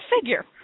figure